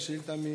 זו שאילתה מב'